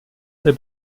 der